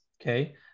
okay